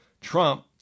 Trump